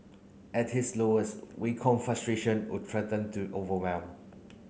at his lowest Wei Kong frustration would threaten to overwhelm